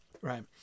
right